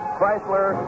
Chrysler